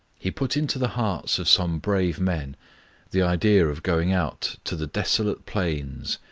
he put into the hearts of some brave men the idea of going out to the desolate plains,